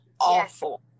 Awful